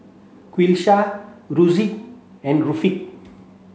Qalisha and